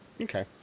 Okay